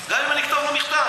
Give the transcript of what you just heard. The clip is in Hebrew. גם אם אני אכתוב לו מכתב.